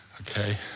okay